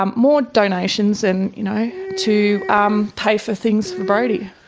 um more donations, and you know to um pay for things for brodie.